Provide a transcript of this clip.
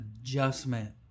adjustment